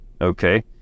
Okay